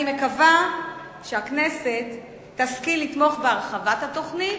אני מקווה שהכנסת תשכיל לתמוך בהרחבת התוכנית,